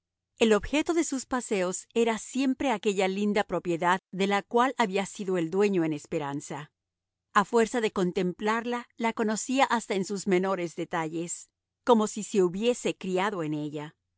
el objeto de sus paseos era siempre aquella linda propiedad de la cual había sido el dueño en esperanza a fuerza de contemplarla la conocía hasta en sus menores detalles como si se hubiese criado en ella